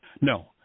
No